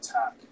attack